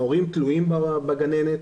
ההורים תלויים בגננת,